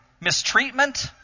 mistreatment